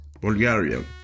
Bulgarian